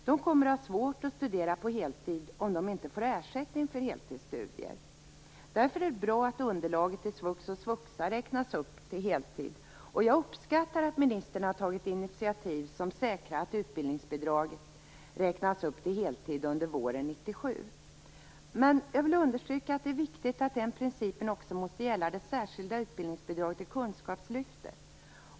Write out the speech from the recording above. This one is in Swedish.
De kommer att ha svårt att studera på heltid om de inte får ersättning för heltidsstudier. Därför är det bra att underlaget till svux och svuxa räknas upp till heltid. Jag uppskattar att ministern har tagit initiativ som säkrar att utbildningsbidraget räknas upp till heltid under våren 1997. Men jag vill understryka att det är viktigt att den principen också gäller det särskilda utbildningsbidraget i Kunskapslyftet.